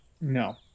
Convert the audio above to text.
no